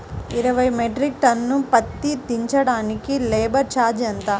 ఇరవై metric tonne పత్తి దించటానికి లేబర్ ఛార్జీ ఎంత?